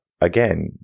again